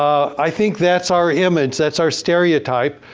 i think that's our image, that's our stereotype.